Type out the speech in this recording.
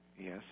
Yes